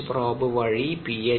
H probe വഴി P